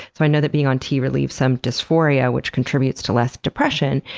so i know that being on t relieves some dysphoria, which contributes to less depression,